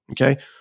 okay